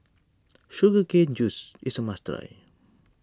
Sugar Cane Juice is a must try